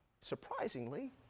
surprisingly